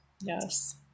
yes